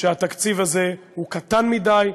שהתקציב הזה קטן מדי,